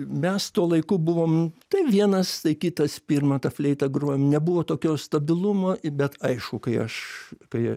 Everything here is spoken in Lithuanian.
mes tuo laiku buvom tai vienas tai kitas pirmą tą fleitą grojom nebuvo tokio stabilumo bet aišku kai aš kai